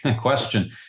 question